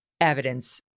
evidence